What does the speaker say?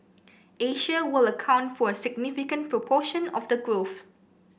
Asia will account for a significant proportion of the growth